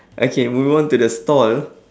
okay moving on to the stall